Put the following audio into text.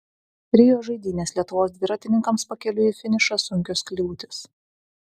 rio žaidynės lietuvos dviratininkams pakeliui į finišą sunkios kliūtys